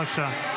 בבקשה.